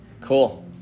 Cool